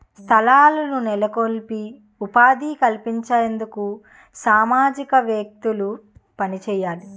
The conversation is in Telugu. సంస్థలను నెలకొల్పి ఉపాధి కల్పించేందుకు సామాజికవేత్తలు పనిచేయాలి